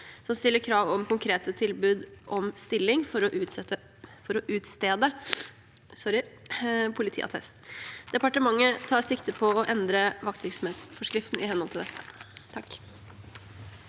som stiller krav om konkrete tilbud om stilling for å utstede politiattest. Departementet tar sikte på å endre vaktvirksomhetsforskriften i henhold til det.